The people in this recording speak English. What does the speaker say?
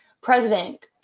president